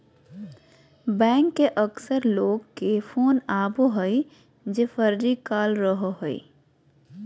bank से अक्सर लोग के फोन आवो हइ जे फर्जी कॉल रहो हइ